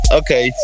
okay